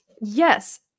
Yes